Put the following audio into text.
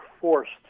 forced